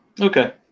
Okay